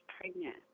pregnant